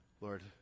Lord